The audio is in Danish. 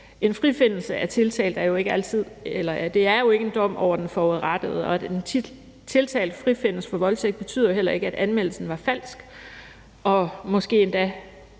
En frifindelse af en tiltalt er jo ikke en dom over den forurettede, og at en tiltalt frifindes for voldtægt betyder jo heller ikke, at anmeldelsen var falsk, og måske endda